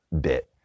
bit